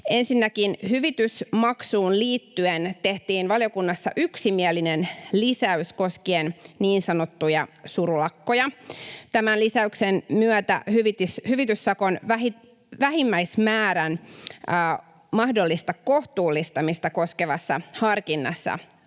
Ensinnäkin hyvitysmaksuun liittyen tehtiin valiokunnassa yksimielinen lisäys koskien niin sanottuja surulakkoja. Tämän lisäyksen myötä hyvityssakon vähimmäismäärän mahdollista kohtuullistamista koskevassa harkinnassa